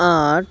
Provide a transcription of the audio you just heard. آٹھ